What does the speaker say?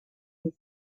you